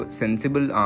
sensible